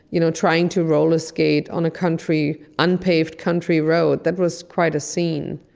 you know, trying to roller skate on a country, unpaved country road that was quite a scene.